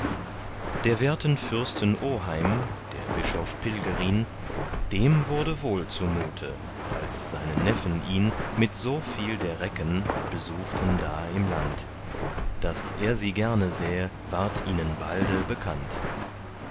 der werten fürsten oheim der bischof pilgerin dem wurde wohl zumute als seine neffen ihn mit so viel der recken besuchten da im land daß er sie gerne sähe ward ihnen balde bekannt